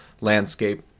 landscape